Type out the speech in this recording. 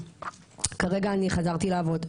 כרגע אני חזרתי לעבוד,